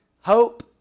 hope